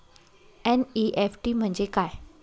NEFT म्हणजे काय?